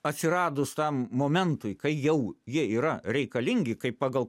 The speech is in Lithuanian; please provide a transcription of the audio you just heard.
atsiradus tam momentui kai jau jie yra reikalingi kaip pagal